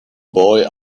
boy